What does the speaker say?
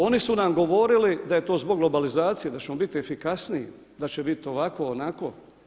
Oni su nam govorili da je to zbog globalizacije, da ćemo biti efikasniji, da će biti ovako, onako.